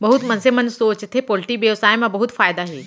बहुत मनसे मन सोचथें पोल्टी बेवसाय म बहुत फायदा हे